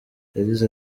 yagize